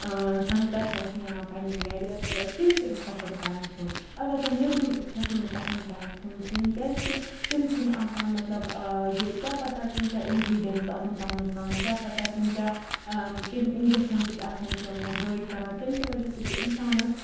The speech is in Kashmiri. سَنٛگتَر چھِ اَسہِ نیران پَننہِ گَرِ تِم چھِ أسۍ پَسَنٛد کَران کھیٚون اَلبَتہَ نیٚبرِم چھَس نہٕ بہٕ پَسَنٛد کَران کھیٚون کِہِیٖنۍ کیازکہِ تِم چھِنہٕ آسان مَطلَب یہِ کیاہ پَتہ تِم کیاہ اِنگریڈنٹس آسَن تَتھ مَنٛز تراوان کیاہ پَتہ تِم کیاہ کمہِ اِنجکشَن سۭتۍ آسَن تِم بٔڑۍ کَران تمہِ کہِ وَجہَ سۭتۍ چھُ اِنسانَس